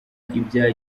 ibya